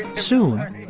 soon,